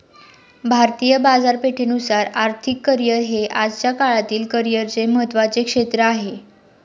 भारतीय बाजारपेठेनुसार आर्थिक करिअर हे आजच्या काळातील करिअरचे महत्त्वाचे क्षेत्र आहे